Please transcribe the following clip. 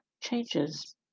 changes